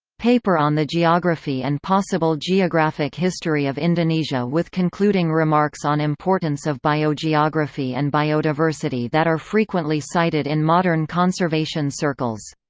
paper on the geography and possible geographic history of indonesia with concluding remarks on importance of biogeography and biodiversity that are frequently cited in modern conservation circles.